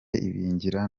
ibingira